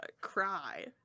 cry